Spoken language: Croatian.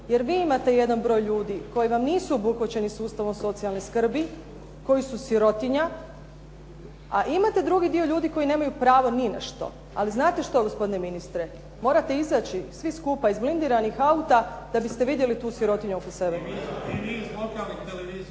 jer vi imate jedan broj ljudi koji vam nisu obuhvaćeni sustavom socijalne skrbi, koji su sirotinja, a imate drugi dio ljudi koji nemaju pravo ni na što. Ali znate što gospodine ministre, morate izaći svi skupa iz blindiranih auta, da biste vidjeli tu sirotinju oko sebe. **Šeks, Vladimir